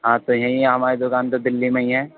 ہاں تو یہیں ہماری دُکان تو دلّی میں ہی ہے